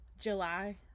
July